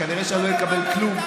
כנראה שאני לא אקבל כלום,